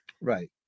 Right